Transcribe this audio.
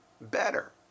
better